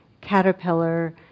caterpillar